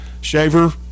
Shaver